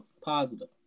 positive